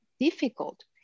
difficult